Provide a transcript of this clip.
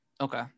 okay